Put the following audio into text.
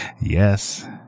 Yes